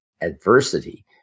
adversity